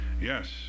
Yes